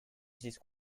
this